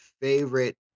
favorite